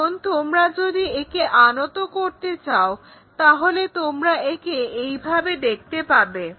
এখন তোমরা যদি একে আনত করতে চাও তাহলে তোমরা একে এইভাবে দেখতে পাবে